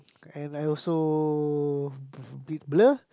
and I also a bit blur